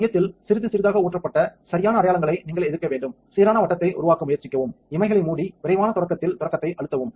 மையத்தில் சிறிது சிறிதாக ஊற்றப்பட்ட சரியான அடையாளங்களை நீங்கள் எதிர்க்க வேண்டும் சீரான வட்டத்தை உருவாக்க முயற்சிக்கவும் இமைகளை மூடி விரைவான தொடக்கத்தில் தொடக்கத்தை அழுத்தவும்